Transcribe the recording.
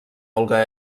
olga